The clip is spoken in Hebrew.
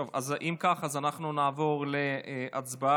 אם כך, אז אנחנו נעבור להצבעה.